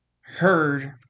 heard